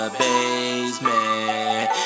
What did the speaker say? basement